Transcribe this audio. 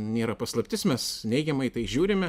nėra paslaptis mes neigiamai į tai žiūrime